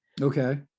Okay